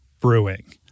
Brewing